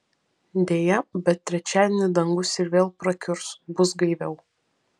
deja bet trečiadienį dangus ir vėl prakiurs bus gaiviau